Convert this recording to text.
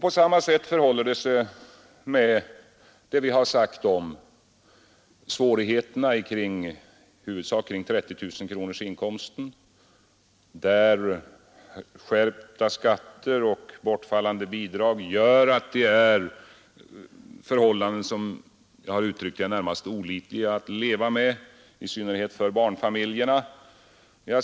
På samma sätt förhåller det sig med det vi har sagt om svårigheterna i huvudsak kring 30 000-kronorsinkomsten, där skärpta skatter och bortfallande bidrag gör att förhållandena är, som jag har sagt, närmast olidliga att leva med, i synnerhet för barnfamiljerna.